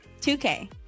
2K